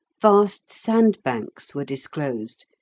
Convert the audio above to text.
vast sandbanks were disclosed,